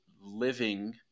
living